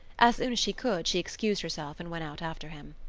as soon as she could she excused herself and went out after him.